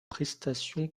prestations